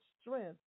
strength